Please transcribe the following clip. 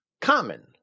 common